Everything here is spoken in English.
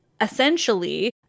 essentially